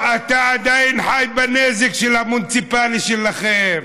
אתה עדיין חי בנזק של המוניציפלי שלכם.